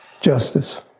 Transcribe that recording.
Justice